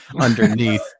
underneath